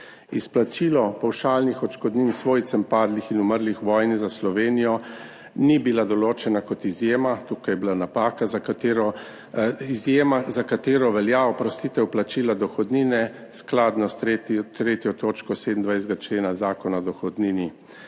Izplačilo pavšalnih odškodnin svojcem padlih in umrlih v vojni za Slovenijo ni bilo določeno kot izjema. Tukaj je bila izjema, za katero velja oprostitev plačila dohodnine skladno s 3. točko 27. člena Zakona o dohodnini.